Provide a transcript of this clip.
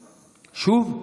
שוב?